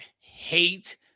hate